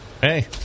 Hey